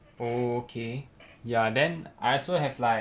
oh okay then I also have like